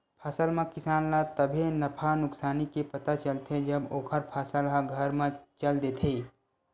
फसल म किसान ल तभे नफा नुकसानी के पता चलथे जब ओखर फसल ह घर म चल देथे